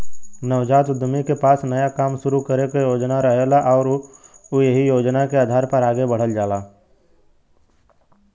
नवजात उद्यमी के पास नया काम शुरू करे क योजना रहेला आउर उ एहि योजना के आधार पर आगे बढ़ल जाला